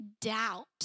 doubt